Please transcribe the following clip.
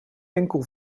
enkel